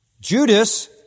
Judas